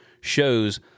shows